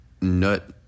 nut